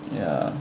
ya